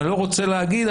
ואני לא רוצה להגיד,